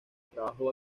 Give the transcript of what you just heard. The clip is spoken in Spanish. trabajó